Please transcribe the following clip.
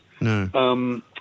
No